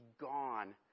gone